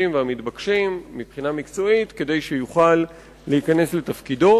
והמתבקשים מבחינה מקצועית כדי שיוכל להיכנס לתפקידו,